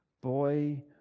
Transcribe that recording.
boy